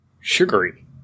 sugary